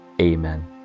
Amen